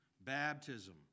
baptism